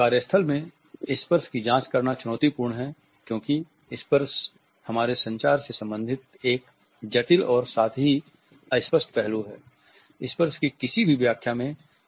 कार्य स्थल में स्पर्श की जांच करना चुनौती पूर्ण है क्योंकि स्पर्श हमारे संचार से संबंधित एक जटिल और साथ ही अस्पष्ट पहलू है